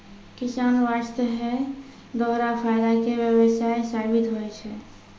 किसान वास्तॅ है दोहरा फायदा के व्यवसाय साबित होय छै